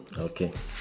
okay